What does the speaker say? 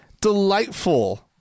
delightful